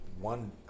One